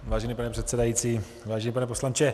Vážený pane předsedající, vážený pane poslanče.